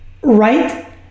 right